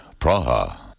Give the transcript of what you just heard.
Praha